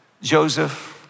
Joseph